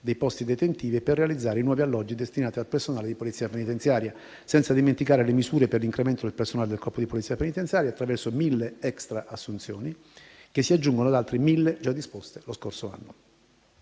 dei posti detentivi e per realizzare i nuovi alloggi destinati al personale di Polizia penitenziaria, senza dimenticare le misure per l'incremento del personale del Corpo di polizia penitenziaria attraverso 1.000 assunzioni extra che si aggiungono ad altre 1.000 già disposte lo scorso anno.